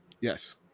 Yes